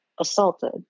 assaulted